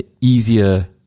easier